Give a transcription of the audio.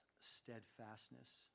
steadfastness